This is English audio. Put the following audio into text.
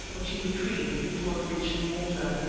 which he retrieved before it reached the water.